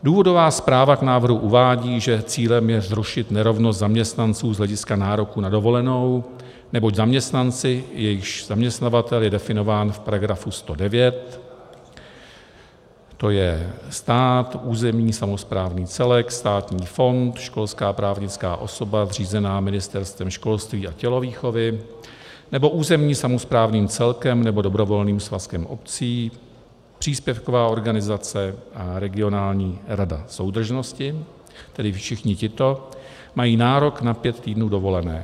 Důvodová zpráva k návrhu uvádí, že cílem je zrušit nerovnost zaměstnanců z hlediska nároku na dovolenou, neboť zaměstnanci, jejichž zaměstnavatel je definován v § 109, to je stát, územní samosprávný celek, státní fond, školská právnická osoba zřízená Ministerstvem školství a tělovýchovy nebo územním samosprávným celkem nebo dobrovolným svazkem obcí, příspěvková organizace a regionální rada soudržnosti, tedy všichni tito mají nárok na pět týdnů dovolené.